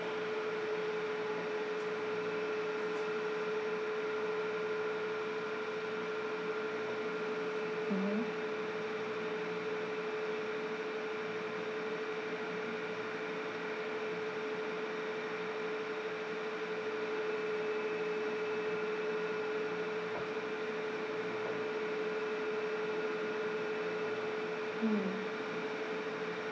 mmhmm mm